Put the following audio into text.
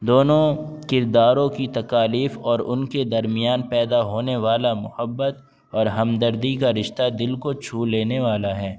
دونوں کرداروں کی تکالیف اور ان کے درمیان پیدا ہونے والا محبت اور ہمدردی کا رشتہ دل کو چھو لینے والا ہے